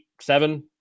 seven